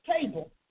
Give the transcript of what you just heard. table